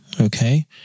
Okay